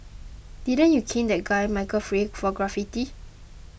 didn't you cane that guy Michael Fay for graffiti